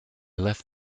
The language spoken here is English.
left